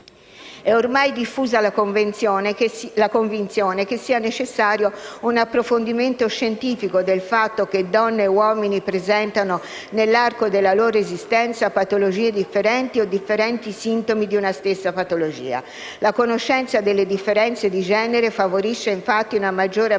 È ormai diffusa la convinzione che sia necessario un approfondimento scientifico del fatto che donne e uomini presentano, nell'arco della loro esistenza, patologie differenti o differenti sintomi di una stessa patologia. La conoscenza delle differenze di genere favorisce, infatti, una maggiore appropriatezza